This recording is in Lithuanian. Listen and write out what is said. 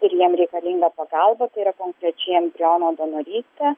ir jiem reikalinga pagalba tai yra konkrečiai embriono donorystė